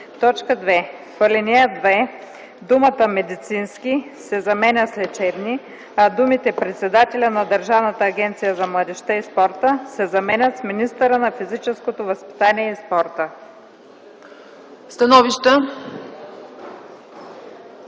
спорта”. 2. В ал. 2 думата „медицински” се заменя с „лечебни”, а думите „председателя на Държавната агенция за младежта и спорта” се заменят с „министъра на физическото възпитание и спорта”.”